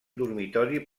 dormitori